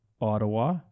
Ottawa